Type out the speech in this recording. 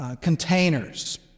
containers